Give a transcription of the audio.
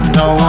no